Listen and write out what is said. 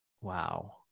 wow